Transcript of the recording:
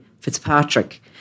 Fitzpatrick